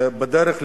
בדרך לפה,